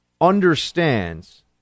understands